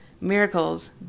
Miracles